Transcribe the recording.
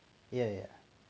ya ya